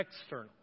external